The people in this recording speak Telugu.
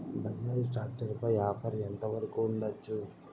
బజాజ్ టాక్టర్ పై ఆఫర్ ఎంత వరకు ఉండచ్చు?